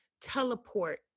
teleport